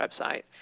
website